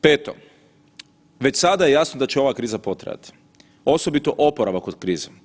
Peto, već sada je jasno da će ova kriza potrajati osobito oporavak od krize.